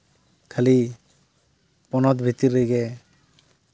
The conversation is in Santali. ᱠᱷᱟᱹᱞᱤ ᱯᱚᱱᱚᱛ ᱵᱷᱤᱛᱨᱤ ᱨᱮᱜᱮ